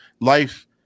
life